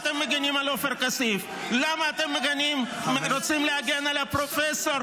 עופר כסיף לא היה היום בכנסת לולא אתם הייתם מצטרפים.